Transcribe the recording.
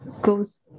goes